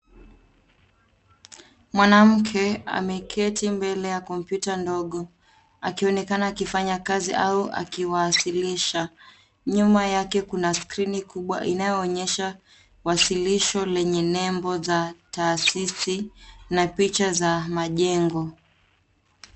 Mwanamke ameketi mbele ya kompyuta ndogo akionekana akifanya kazi au akiwasilisha. Nyuma yake kuna skrini kubwa inayoonyesha wasilisho lenye nembo za taasisi na picha za majengo.